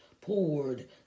poured